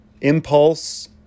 impulse